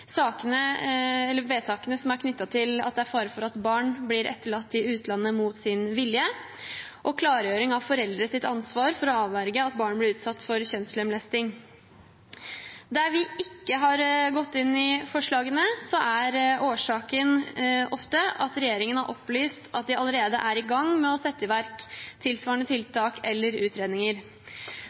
sakene. Vi har gått inn for å støtte en del av tiltakene som er foreslått. Av dem vi støtter, vil jeg særlig trekke fram ordningen med minoritetsrådgivere i skolen, tiltakene som er knyttet til at det er fare for at barn blir etterlatt i utlandet mot sin vilje, og klargjøring av foreldres ansvar for å avverge at barna blir utsatt for kjønnslemlesting. Der vi ikke har inngått i forslagene, er årsaken ofte at regjeringen har opplyst